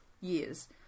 years